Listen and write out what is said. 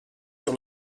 sur